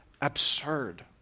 Absurd